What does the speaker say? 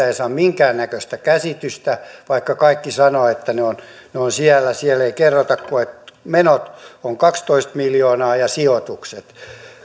ei verkkosivuilta saa minkäännäköistä käsitystä vaikka kaikki sanovat että ne ovat siellä siellä ei kerrota kuin että menot ovat kaksitoista miljoonaa ja sijoitukset